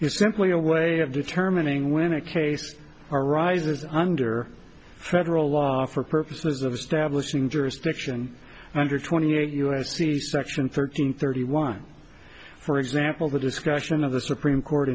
it's simply a way of determining when a case arises under federal law for purposes of stablish in jurisdiction under twenty eight u s c section thirteen thirty one for example the discussion of the supreme court